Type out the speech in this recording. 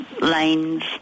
lanes